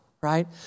right